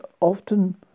often